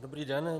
Dobrý den.